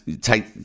take